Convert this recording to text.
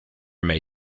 may